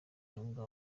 mwuga